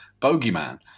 bogeyman